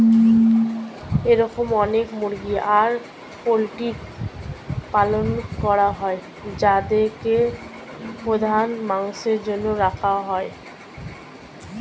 এরম অনেক মুরগি আর পোল্ট্রির পালন করা হয় যাদেরকে প্রধানত মাংসের জন্য রাখা হয়